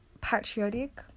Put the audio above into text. patriotic